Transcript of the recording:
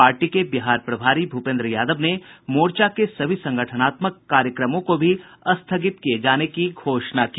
party के बिहार प्रभारी भूपेन्द्र यादव ने मोर्चा के सभी संगठनात्मक कार्यक्रमों को भी स्थगित किये जाने की घोषणा की